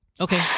okay